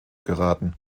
geraten